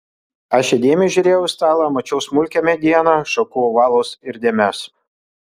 aš įdėmiai žiūrėjau į stalą mačiau smulkią medieną šakų ovalus ir dėmes